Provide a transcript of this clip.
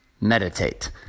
meditate